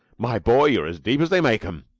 my boy, you're as deep as they make em.